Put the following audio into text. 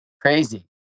crazy